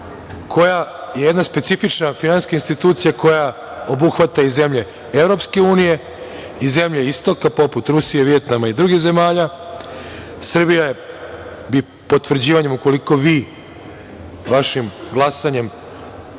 Ovo je jedna specifična finansijska institucija koja obuhvata i zemlje EU i zemlje Istoka poput Rusije, Vijetnama i drugih zemalja. Srbija bi potvrđivanjem, ukoliko vi vašim glasanjem